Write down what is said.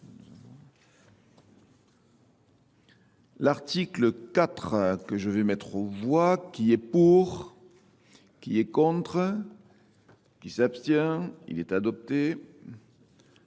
L'article 4 que je vais mettre au voie, qui est pour, qui est contre, qui s'abstient, il est adopté.